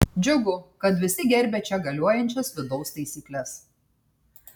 džiugu kad visi gerbia čia galiojančias vidaus taisykles